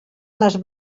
les